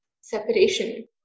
separation